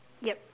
yup